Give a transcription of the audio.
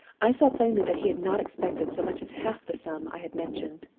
i saw plainly that he had not expected so much as half the sum i had mentioned.